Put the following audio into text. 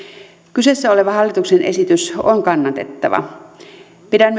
kyseessä oleva hallituksen esitys on kannatettava pidän